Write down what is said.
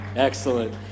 Excellent